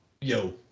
Yo